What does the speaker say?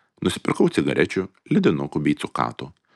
nusipirkau cigarečių ledinukų bei cukatų